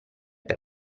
per